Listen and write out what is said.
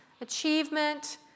achievement